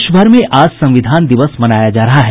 देश भर में आज संविधान दिवस मनाया जा रहा है